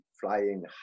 flying